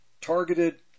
targeted